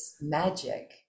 magic